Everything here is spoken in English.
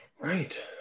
Right